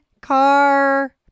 car